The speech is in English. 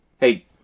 Hey